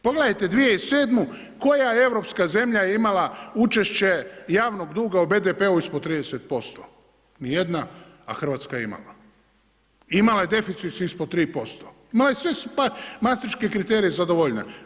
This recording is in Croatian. Pogledajte 2007. koja europska zemlja je imala učešće javnog duba u BDP-u ispod 30%, ni jedna a Hrvatska je imala, imala je deficit ispod 3%, ma sve su, pa Maastricht-ški kriteriji zadovoljeni.